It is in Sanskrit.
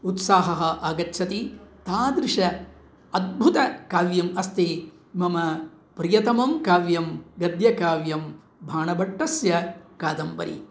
उत्साहः आगच्छति तादृशम् अद्भुतकाव्यम् अस्ति मम प्रियतमं काव्यं गद्यकाव्यं बाणबट्टस्य कादम्बरी